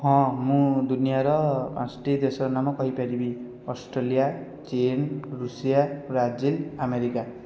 ହଁ ମୁଁ ଦୁନିଆର ପାଞ୍ଚଟି ଦେଶର ନାମ କହିପାରିବି ଅଷ୍ଟ୍ରେଲିଆ ଚୀନ ଋଷିଆ ବ୍ରାଜିଲ ଆମେରିକା